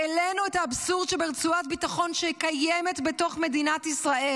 העלינו את האבסורד שברצועת ביטחון שקיימת בתוך מדינת ישראל.